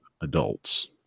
adults